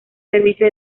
servicio